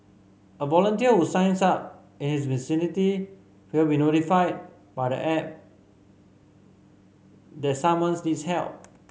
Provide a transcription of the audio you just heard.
a volunteer who signs up and is vicinity will be notified by the app that someone's needs help